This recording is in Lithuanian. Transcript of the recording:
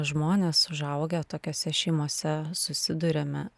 žmonės užaugę tokiose šeimose susiduriame